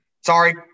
Sorry